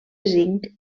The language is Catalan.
zinc